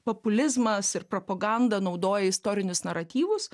populizmas ir propaganda naudoja istorinius naratyvus